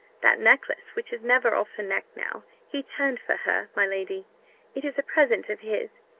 that necklace, which is never off her neck now, he turned for her, my lady it is a present of his.